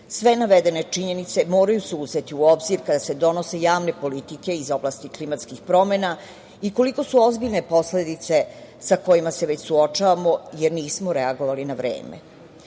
navedene činjenice moraju se uzeti u obzir kada se donose javne politike iz oblasti klimatskih promena i koliko su ozbiljne posledice sa kojima se već suočavamo, jer nismo reagovali na vreme. Ova